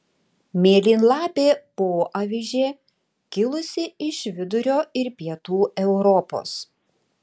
mėlynlapė poavižė kilusi iš vidurio ir pietų europos